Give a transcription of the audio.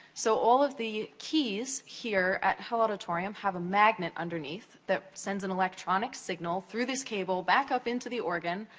so all of the keys, here, at hill auditorium, have a magnet underneath that sends an electronic signal through this cable, back up into the organ,